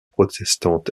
protestante